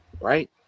right